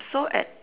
so it